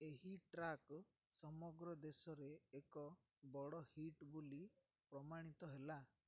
ଏହି ଟ୍ରାକ୍ ସମଗ୍ର ଦେଶରେ ଏକ ବଡ଼ ହିଟ୍ ବୋଲି ପ୍ରମାଣିତ ହେଲା